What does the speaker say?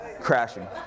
crashing